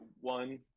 One